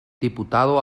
diputado